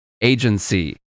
agency